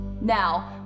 Now